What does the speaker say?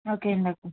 okay అండి okay